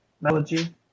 melody